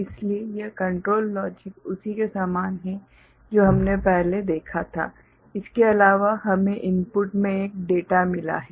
इसलिए यह control logic उसी के समान है जो हमने पहले देखा था इसके अलावा हमें इनपुट में एक डेटा मिला है